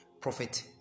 Prophet